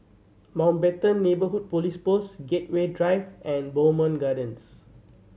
Mountbatten Neighbourhood Police Post Gateway Drive and Bowmont Gardens